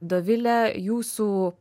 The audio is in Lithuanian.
dovile jūsų